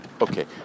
Okay